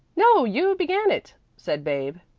no, you began it, said babe.